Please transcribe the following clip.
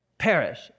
Perish